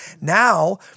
Now